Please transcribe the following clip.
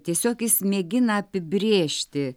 tiesiog jis mėgina apibrėžti